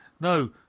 No